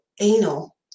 anal